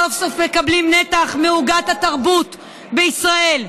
סוף-סוף מקבלים נתח מעוגת התרבות בישראל.